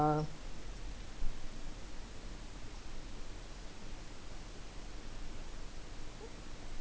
uh